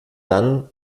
dann